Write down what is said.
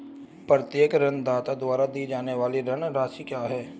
प्रत्येक ऋणदाता द्वारा दी जाने वाली ऋण राशि क्या है?